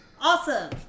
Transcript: Awesome